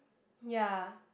ya